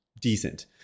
decent